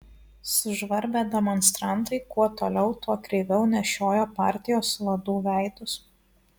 sužvarbę demonstrantai kuo toliau tuo kreiviau nešiojo partijos vadų veidus